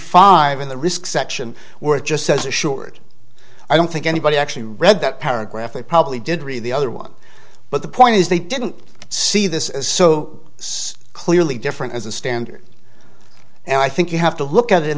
five in the risk section where it just says assured i don't think anybody actually read that paragraph they probably did read the other one but the point is they didn't see this as so clearly different as a standard and i think you have to look at it in